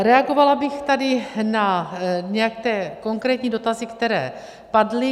Reagovala bych tady na nějaké konkrétní dotazy, které padly.